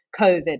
COVID